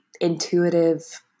intuitive